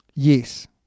Yes